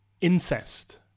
incest